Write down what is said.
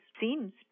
seems